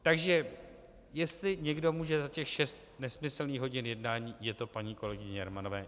Takže jestli někdo může za těch šest nesmyslných hodin jednání, je to paní kolegyně Jermanová.